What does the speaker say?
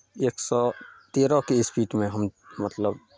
एक सए तेरहके स्पीडमे हम मतलब